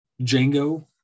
Django